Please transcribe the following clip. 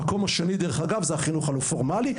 במקום השני זה החינוך הלא פורמלי,